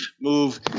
move